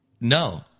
no